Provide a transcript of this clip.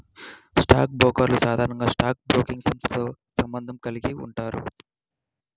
stock బ్రోకర్లు సాధారణంగా stock broking సంస్థతో సంబంధం కలిగి ఉంటారు